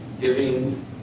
giving